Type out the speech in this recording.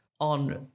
on